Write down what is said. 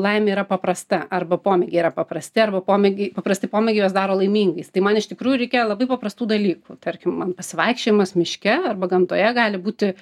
laimė yra paprasta arba pomėgiai yra paprasti arba pomėgiai paprasti pomėgiai juos daro laimingais tai man iš tikrųjų reikia labai paprastų dalykų tarkim man pasivaikščiojimas miške arba gamtoje gali būti